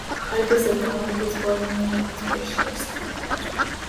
alkis ir nuovargis buvo niekis prieš šią įsakmią reikmę